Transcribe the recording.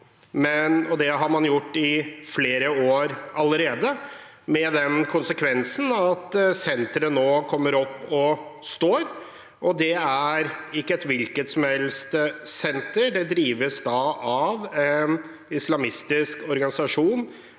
Det har man gjort i flere år allerede, med den konsekvensen at senteret nå kommer opp å stå. Det er ikke et hvilket som helst senter – det drives av en islamistisk organisasjon,